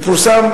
פורסם,